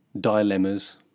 dilemmas